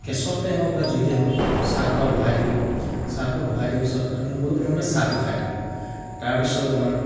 গেছতে হওক বা জুইতে হওক চাহটোপা বহাই দিওঁ চাহটোপা বহাই দিয়া পাছত আমি সকলোৱে প্ৰথমতে চাহটো খায় লওঁ তাৰ পিছত আমাৰ